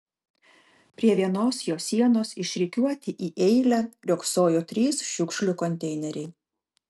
prie vienos jo sienos išrikiuoti į eilę riogsojo trys šiukšlių konteineriai